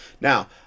Now